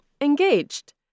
engaged